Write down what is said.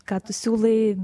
ką tu siūlai